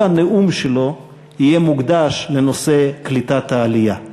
הנאום שלו יהיה מוקדש לנושא קליטת העלייה.